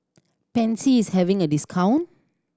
Pansy is having a discount